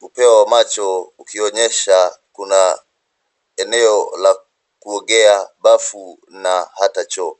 upeo wa macho ukionyesha kuna eneo la kuogea bafu na hata choo.